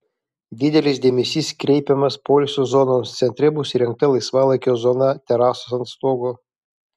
didelis dėmesys kreipiamas poilsio zonoms centre bus įrengta laisvalaikio zona terasos ant stogo